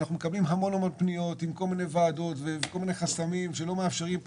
אנחנו מקבלים המון פניות מוועדות שונות על חסמים שונים.